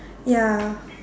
ya